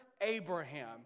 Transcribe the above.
Abraham